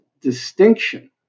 distinction